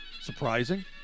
surprising